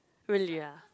really ah